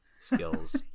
skills